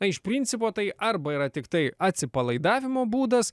iš principo tai arba yra tiktai atsipalaidavimo būdas